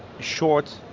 short